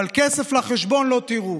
אבל כסף לחשבון לא תראו.